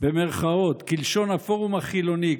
כלשון הפורום החילוני,